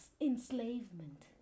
enslavement